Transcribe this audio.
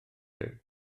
rhyw